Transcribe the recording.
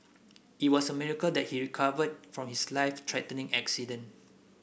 it was a miracle that he recovered from his life threatening accident